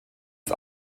ist